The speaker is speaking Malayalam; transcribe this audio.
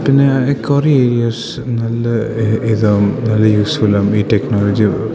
പിന്നേ കുറേ ഏരിയാസ് നല്ല ഇതാണ് നല്ല യൂസ്ഫുള്ളും ഈ ടെക്നോളജിയും